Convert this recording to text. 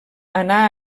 anà